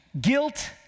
Guilt